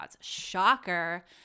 Shocker